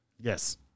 Yes